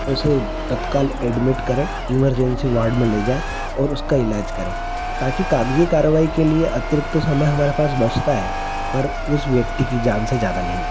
उसे तत्काल एडमिट करें इमरजेंसी वार्ड में ले जाएँ और उसका इलाज करें ताकि कागजी कारवाई के लिए अतिरिक्त समय हमारे पास बचता है पर उस व्यक्ति की जान से ज्यादा नहीं